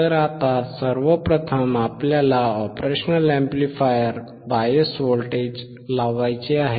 तर आता सर्वप्रथम आपल्याला ऑपरेशन अॅम्प्लिफायरला बायस व्होल्टेज लावायचे आहे